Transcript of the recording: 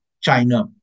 China